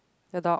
the dog